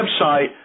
website